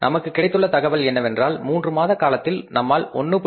நமக்குக் கிடைத்துள்ள தகவல் என்னவென்றால் மூன்று மாத காலத்தில் நம்மால் 1